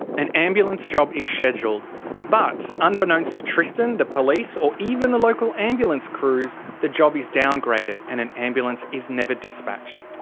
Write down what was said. an ambulance job is scheduled but, unbeknownst to tristan, the police or even the local ambulance crews, the job is downgraded and an ambulance is never dispatched.